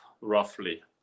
roughly